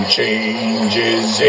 changes